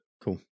Cool